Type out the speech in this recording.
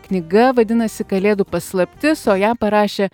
knyga vadinasi kalėdų paslaptis o ją parašė